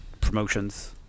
promotions